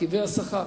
במרכיבי השכר.